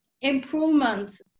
improvement